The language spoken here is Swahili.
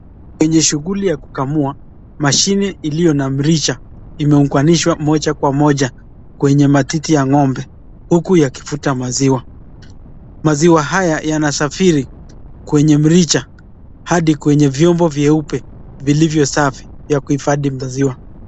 Ni shughuli ya kukamua. Mashini iliyo na mrija imeunganishwa moja kwa moja kwenye matiti ya ng'ombe, huku yakivuta maziwa. Maziwa haya yanasafiri kwenye mrija hadi kwenye vyombo vyeupe vilivyo safi vya kuhifadhi maziwa.